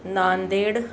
Nanded